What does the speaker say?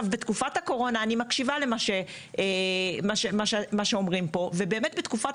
אני מקשיבה למה שאומרים כאן ובאמת בתקופת